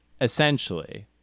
essentially